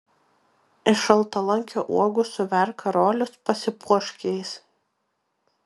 iš šaltalankio uogų suverk karolius pasipuošk jais